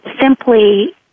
simply